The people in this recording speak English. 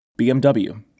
BMW